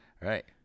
Right